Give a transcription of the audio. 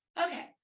okay